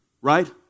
right